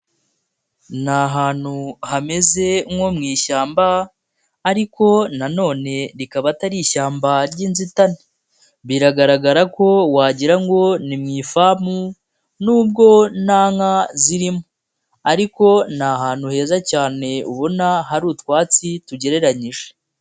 Ni ahantu hameze nko mu ishyamba ariko nanone rikaba atari ishyamba ry'inzitane, biragaragara ko wagira ngo ni mu ifamu nubwo nta nka zirimo ariko ni ahantu heza cyane ubona hari utwatsi tugereranyije.